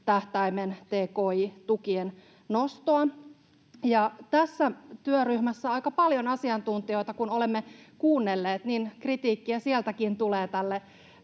tähtäimen tki-tukien nostoa. Tässä työryhmässä on aika paljon asiantuntijoita, ja kun olemme kuunnelleet, niin kritiikkiä sieltäkin tulee tälle